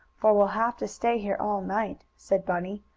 for we'll have to stay here all night, said bunny,